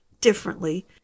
differently